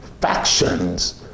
factions